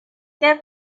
get